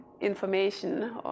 information